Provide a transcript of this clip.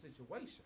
situation